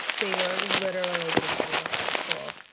they were literally getting ready to start school.